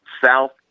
South